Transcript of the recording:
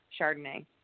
Chardonnay